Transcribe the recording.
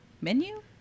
menu